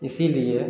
इसीलिए